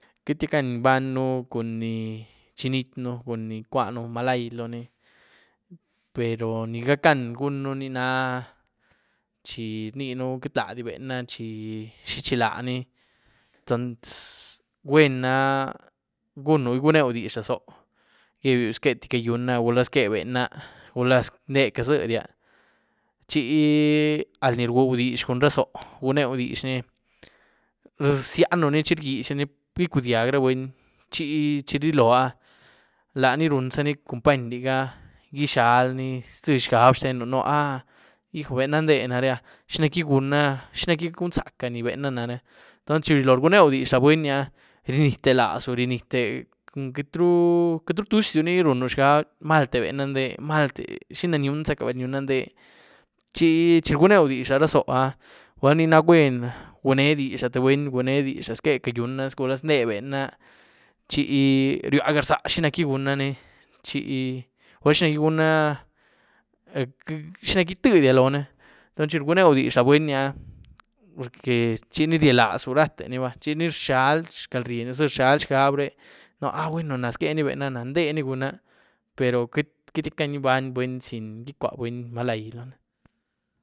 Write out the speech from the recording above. Queity gac´gan imbanyën cun ni chinyíet´ën, cun ni icwuaën malai loóni, pero ni gac´gan gunën ni náh chi rníeën queity ladi bená chi xi chí laní, entoncs gwuen na gunu, igwueu dizh la zoó´, gebiu zque´ti cayuna. gula zqué bena, gula nde caziedya chi al ní rgueu dizh cun ra zoóh, rguneu dizh ni rzianu ni chi rgyiezyuni icudyiag ra buny chi chirilo áh lani runzani company ligá izhalyni ztïé xaág xtenú, nou áh hijo, na bena nde nare, xí nac´gi guna, xi nac´gi gun´zaca ni bena nare, entoncs chi rilo rgudeu dizh la buny áh, rnietyé lazu, rnietyte, queityru-queityru tuzydiu ni runu xaáb malté bena ndé, malté, xina nyunzac´ga bal nyuna nde chi chí rguneu dizh lara zoóh áh balni na gwuen guné dizh latïé buny, bgune dizh zqué cayuna, gula nde bena chi ryuá garza xi nac´gí guna ni chi, gula xinagí guna xinac´gi tïédya loóni, entoncs chi rguneu dizh la buny áh porque chini ryialazu rate ni ba, chini rzhialy xcalryienyu ztïé, rzhialy xgabre na-a gwueno zqué ni bena náh, nde ni guna- pero queity-queity gac´gan ibany buny sin gic´gwua buny malai loóni.